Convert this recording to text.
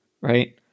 right